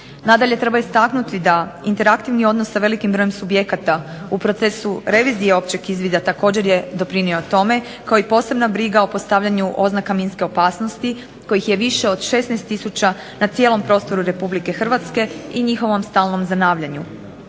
Nadalje treba istaknuti da interaktivni odnos sa velikim brojem subjekata u procesu revizije općeg izvida također je pridonio tome, kao i posebna briga o postavljanju oznaka minske opasnosti kojih je više od 16 tisuća na cijelom prostoru RH i njihovom stalnom zanavljanju.